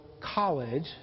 college